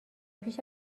پیش